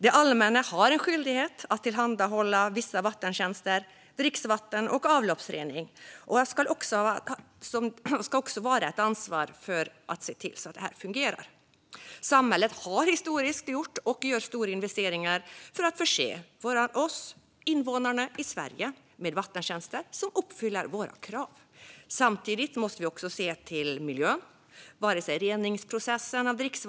Det allmänna har en skyldighet att tillhandahålla vissa vattentjänster, dricksvatten och avloppsrening och ska se till att de fungerar. Samhället har historiskt gjort och gör stora investeringar för att förse oss, invånarna i Sverige, med vattentjänster som uppfyller våra krav. Jag var, som sagt, kommunikatör på gatukontoret, Tekniska förvaltningen i Borås.